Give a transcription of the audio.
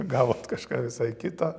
gavot kažką visai kito